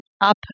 up